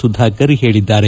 ಸುಧಾಕರ್ ಹೇಳಿದ್ದಾರೆ